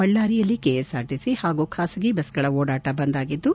ಬಳ್ಳಾರಿಯಲ್ಲಿ KS R TC ಹಾಗೂ ಖಾಸಗಿ ಬಸ್ಗಳ ಓಡಾಟ ಬಂದ್ ಆಗಿದ್ದು